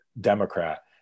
Democrat